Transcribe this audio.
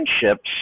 friendships